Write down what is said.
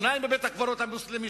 שניים בבית-הקברות המוסלמי,